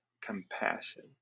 compassion